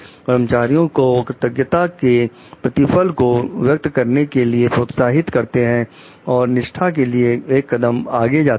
कर्मचारियों को कृतज्ञता के प्रतिफल को व्यक्त करने के लिए प्रोत्साहित करते हैं और निष्ठा के लिए एक कदम आगे जाते हैं